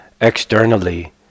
externally